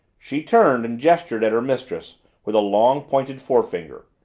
she turned and gestured at her mistress with a long, pointed forefinger.